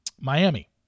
Miami